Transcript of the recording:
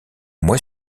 mois